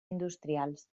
industrials